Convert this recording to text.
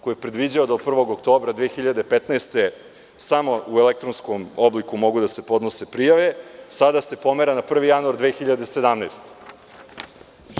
koji je predviđao do 1. oktobra 2015. godine samo u elektronskom obliku mogu da se podnose prijave, sada se pomera na 1. januar 2017. godine.